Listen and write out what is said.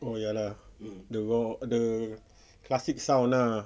oh ya lah the raw the classic sound ah